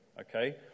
Okay